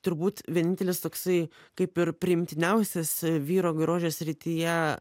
turbūt vienintelis toksai kaip ir priimtiniausias vyro grožio srityje